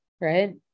right